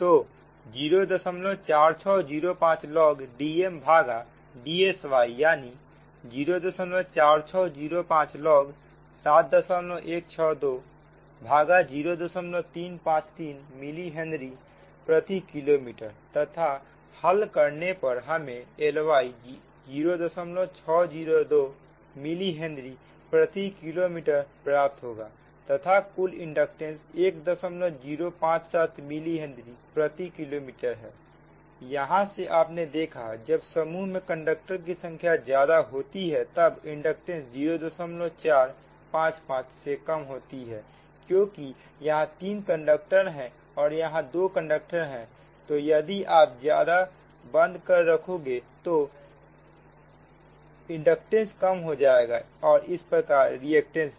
तो 04605 log Dmभागा Dsyयानी 04605 log 7162 भागा 0353मिली हेनरी प्रति किलोमीटर तथा हल करने पर हमें Ly0602 मिली हेनरी प्रति किलोमीटर प्राप्त होगा तथा कुल इंडक्टेंस 1057 मिली हेनरी प्रति किलोमीटर है यहां से आपने देखा जब समूह में कंडक्टर की संख्या ज्यादा होती है तब इंडक्टेंस 0455 से कम होता है क्योंकि यहां तीन कंडक्टर और यहां दो कंडक्टर हैं तो यदि आप ज्यादा कंडक्टर रखोगे तो इंडक्टेंस कम हो जाएगा और इस प्रकार रिएक्टेंस भी